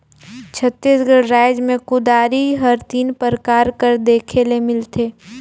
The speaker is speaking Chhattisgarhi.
छत्तीसगढ़ राएज मे कुदारी हर तीन परकार कर देखे ले मिलथे